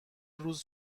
روز